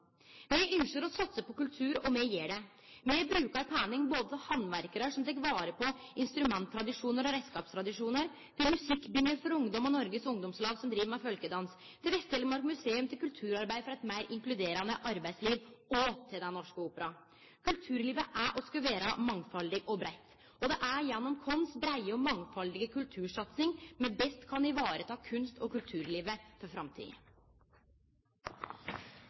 som tek vare på instrumenttradisjonar og reiskapstradisjonar, til musikkbingar for ungdom, til Noregs Ungdomslag – som driv med folkedans – til Vest-Telemark museum, til kulturarbeid for eit meir inkluderande arbeidsliv – og til Den Norske Opera. Kulturlivet er, og skal vere, mangfaldig og breitt. Det er gjennom den breie og mangfaldige kultursatsinga vår at vi best kan vareta kunst- og kulturlivet for framtida.